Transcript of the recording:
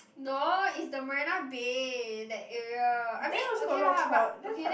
no it's the Marina-Bay that area I mean okay lah but okay then